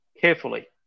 carefully